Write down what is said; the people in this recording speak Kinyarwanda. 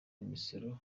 imisoro